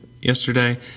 yesterday